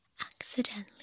accidentally